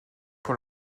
pour